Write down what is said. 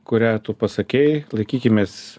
kurią tu pasakei laikykimės